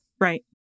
Right